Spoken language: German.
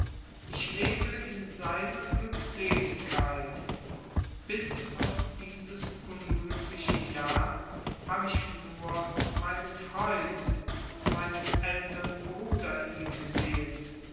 ich lebe in seiner glückseligkeit bis auf dieses unglückliche jahr hab ich nur meinen freund meinen ältern bruder in ihm gesehen